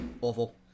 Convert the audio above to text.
Awful